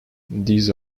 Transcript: these